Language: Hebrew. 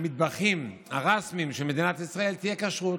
המטבחים הרשמיים של מדינת ישראל תהיה כשרות,